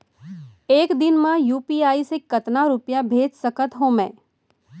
एक दिन म यू.पी.आई से कतना रुपिया भेज सकत हो मैं?